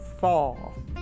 Fall